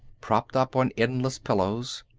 propped up on endless pillows.